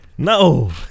No